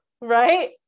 Right